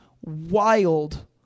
wild